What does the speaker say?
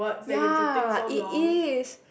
ya it is